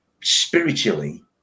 spiritually